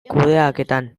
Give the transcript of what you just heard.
kudeaketan